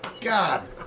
God